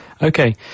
Okay